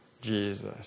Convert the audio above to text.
Jesus